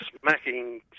smacking